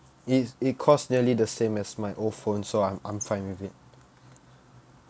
it it costs nearly the same as my old phone so I'm I'm fine with it